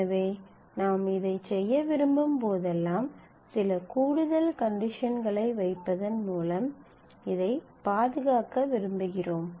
எனவே நாம் இதைச் செய்ய விரும்பும் போதெல்லாம் சில கூடுதல் கண்டிஷன்களை வைப்பதன் மூலம் இதைப் பாதுகாக்க விரும்புகிறோம்